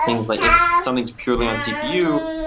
things like if something purely on cpu,